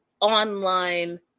online